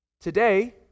Today